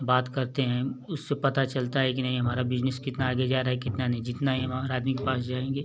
बात करते हैं उससे पता चलता है कि नहीं हमारा बिज़नेस कितना आगे जा रहा है कितना नही जितना ही हम हर आदमी के पास जाएंगे